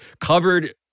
covered